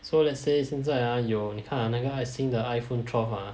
so let's say 现在 ah 有你看 ah 那个新的 iPhone twelve ah